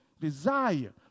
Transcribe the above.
desire